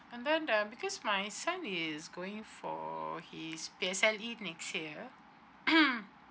and then uh because my son is going for his P_S_L_E next year